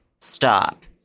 stop